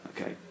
Okay